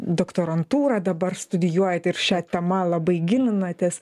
doktorantūrą dabar studijuojate ir šia tema labai gilinatės